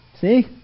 See